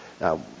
Now